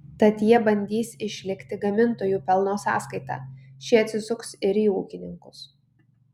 tad jie bandys išlikti gamintojų pelno sąskaita šie atsisuks ir į ūkininkus